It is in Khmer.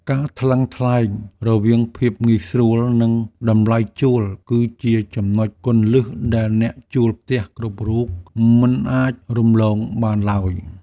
ការថ្លឹងថ្លែងរវាងភាពងាយស្រួលនិងតម្លៃជួល គឺជាចំណុចគន្លឹះដែលអ្នកជួលផ្ទះគ្រប់រូបមិនអាចរំលងបានឡើយ។